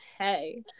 Okay